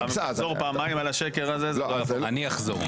גם אם תחזור פעמיים על השקר הזה זה --- אני אחזור.